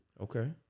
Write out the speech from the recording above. okay